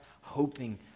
hoping